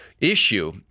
issue